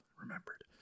remembered